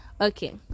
Okay